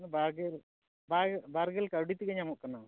ᱵᱟᱨᱜᱮᱞ ᱵᱟ ᱵᱟᱨᱜᱮᱞ ᱠᱟᱹᱣᱰᱤ ᱛᱮᱜᱮ ᱧᱟᱢᱚᱜ ᱠᱟᱱᱟ